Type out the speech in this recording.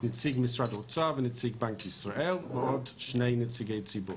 נציג משרד אוצר ונציג בנק ישראל ועוד שני נציגי ציבור.